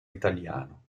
italiano